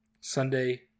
Sunday